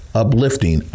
uplifting